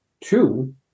Two